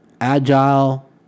agile